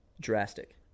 drastic